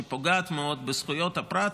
שפוגעת מאוד בזכויות הפרט,